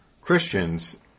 christians